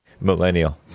Millennial